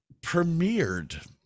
premiered